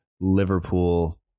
Liverpool